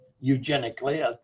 eugenically